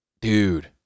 dude